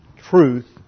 Truth